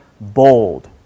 bold